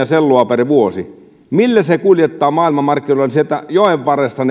sellua per vuosi millä se aika pitkälti kuljettaa maailmanmarkkinoille sieltä joenvarresta